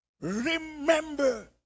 remember